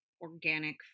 organic